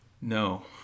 No